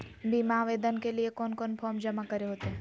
बीमा आवेदन के लिए कोन कोन फॉर्म जमा करें होते